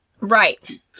Right